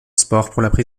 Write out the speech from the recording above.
transport